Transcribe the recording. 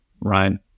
right